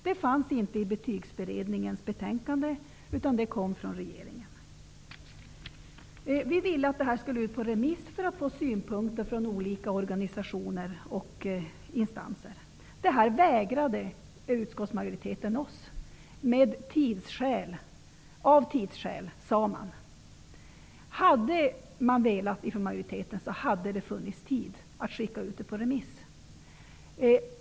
Det fanns inte med i Betygsberedningens betänkande, utan det kom från regeringen. Vi i oppositionen ville att förslaget skulle gå ut på remiss för att få in synpunkter från organisationer och instanser. Utskottsmajoriteten vägrade oss detta. Det sades vara av tidsskäl. Om majoriteten hade velat, hade det funnits tid att skicka ut förslaget på remiss.